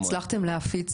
הצלחתם להפיץ